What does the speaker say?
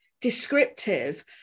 descriptive